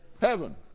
Heaven